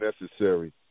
necessary